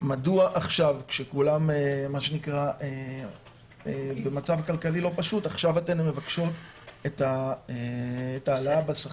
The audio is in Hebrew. מדוע עכשיו כשכולם במצב כלכלי לא פשוט הן מבקשות העלאה בשכר.